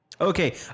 Okay